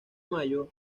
mayo